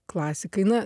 klasikai na